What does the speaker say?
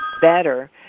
better